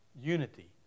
unity